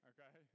Okay